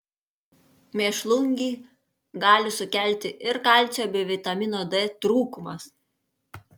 mėšlungį gali sukelti ir kalcio bei vitamino d trūkumas